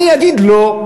ואני אגיד לא?